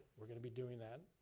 we're gonna be doing that,